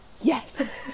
yes